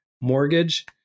mortgage